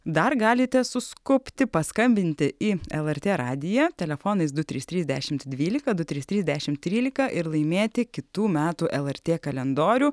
dar galite suskubti paskambinti į lrt radiją telefonais du trys trys dešimt dvylika du trys trys dešimt trylika ir laimėti kitų metų lrt kalendorių